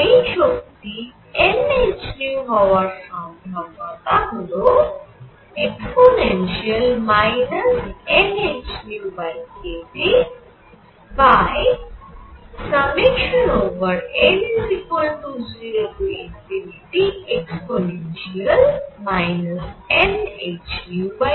সেই শক্তি n h হওয়ার সম্ভাব্যতা হল e nhνkTn0e nhνkT